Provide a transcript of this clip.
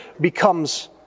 becomes